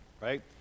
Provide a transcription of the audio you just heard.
right